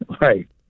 Right